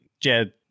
Jed